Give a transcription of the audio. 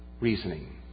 reasoning